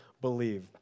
believe